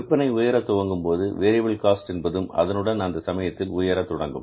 விற்பனை உயரத் துவங்கும்போது வேரியபில் காஸ்ட் என்பதும் அதனுடன் அந்த சமயத்தில் உயரத் தொடங்கும்